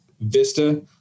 Vista